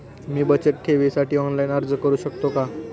मी बचत ठेवीसाठी ऑनलाइन अर्ज करू शकतो का?